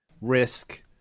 risk